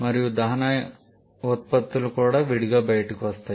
మరియు దహన ఉత్పత్తులు కూడా విడిగా బయటకు వస్తాయి